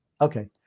Okay